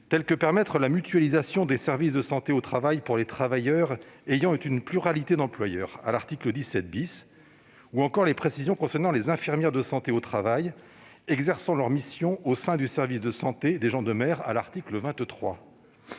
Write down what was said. la possibilité de mutualisation des services de santé au travail pour les travailleurs ayant une pluralité d'employeurs, à l'article 17 , ou encore les précisions apportées concernant les infirmières de santé au travail exerçant leurs missions au sein du service de santé des gens de mer, à l'article 23.